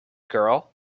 girl